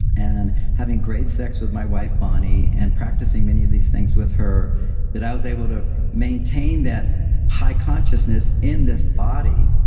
and having great sex with my wife, bonnie, and practicing many of these things with her that i was able to maintain that high consciousness in this body.